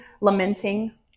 lamenting